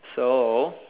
so